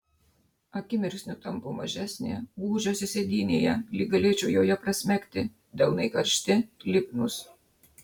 akimirksniu tampu mažesnė gūžiuosi sėdynėje lyg galėčiau joje prasmegti delnai karšti lipnūs